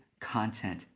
content